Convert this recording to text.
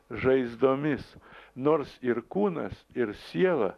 žaizdomis nors ir kūnas ir siela